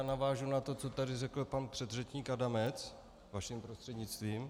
Navážu na to, co tady řekl pan předřečník Adamec, vaším prostřednictvím.